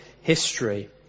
history